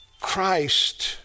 Christ